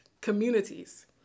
communities